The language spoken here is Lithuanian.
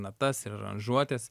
natas ir aranžuotes